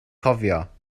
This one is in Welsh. cofio